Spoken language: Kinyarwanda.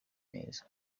neza